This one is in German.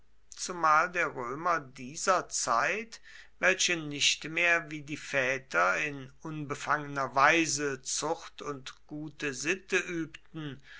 zumal der römer dieser zeit welche nicht mehr wie die väter in unbefangener weise zucht und gute sitte übten